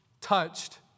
touched